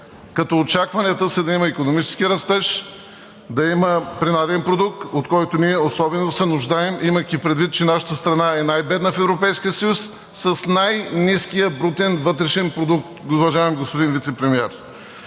като очакванията са да има икономически растеж, да има принаден продукт, от който ние особено се нуждаем, имайки предвид, че нашата страна е най-бедна в Европейския съюз, с най-ниския брутен вътрешен продукт. Продължавам, господин Вицепремиер.